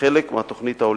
כחלק מהתוכנית ההוליסטית,